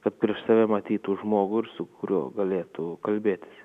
kad prieš tave matytų žmogų ir su kuriuo galėtų kalbėtis